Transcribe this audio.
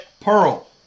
Pearl